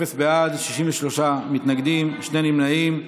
אפס בעד, 63 מתנגדים, שני נמנעים.